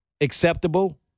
acceptable